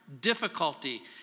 difficulty